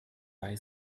bei